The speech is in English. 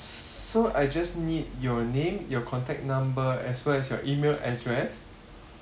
so I just need your name your contact number as well as your email address